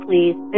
Please